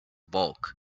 bulk